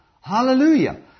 Hallelujah